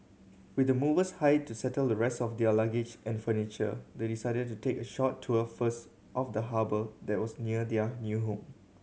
with the movers hired to settle the rest of their luggage and furniture they decided to take a short tour first of the harbour that was near their new home